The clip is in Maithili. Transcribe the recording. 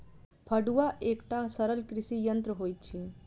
फड़ुआ एकटा सरल कृषि यंत्र होइत अछि